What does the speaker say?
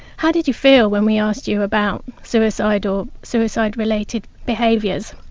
how did you feel when we asked you about suicide or suicide related behaviours?